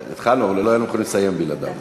התחלנו, אבל לא היינו יכולים לסיים בלעדיו.